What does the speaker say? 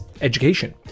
education